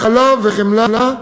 הכלה וחמלה,